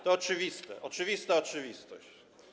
To oczywiste, oczywista oczywistość.